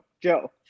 Joe